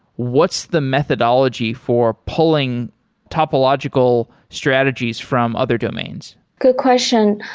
what's the methodology for pulling topological strategies from other domains? good question.